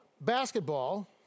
basketball